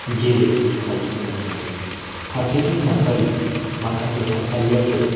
गेलेनायनि खाबुखौ मोनहैया फारसेथिं थासारि माखासे थासारिआबो